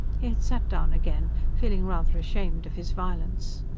he had sat down again, feeling rather ashamed of his violence.